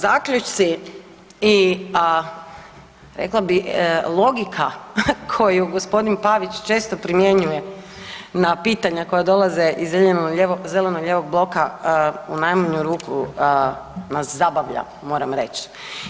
Zaključci i rekla bih logika koju gospodin Pavić često primjenjuje na pitanja koja dolaze iz Zeleno-lijevog bloka u najmanju ruku nas zabavlja moram reći.